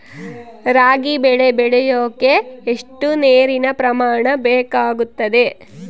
ರಾಗಿ ಬೆಳೆ ಬೆಳೆಯೋಕೆ ಎಷ್ಟು ನೇರಿನ ಪ್ರಮಾಣ ಬೇಕಾಗುತ್ತದೆ?